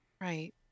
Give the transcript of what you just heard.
Right